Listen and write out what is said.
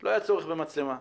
לא היה צורך במצלמה.